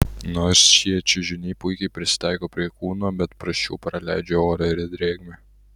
nors šie čiužiniai puikiai prisitaiko prie kūno bet prasčiau praleidžia orą ir drėgmę